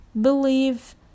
believe